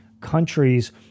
countries